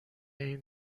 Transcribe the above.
این